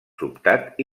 sobtat